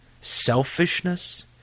selfishness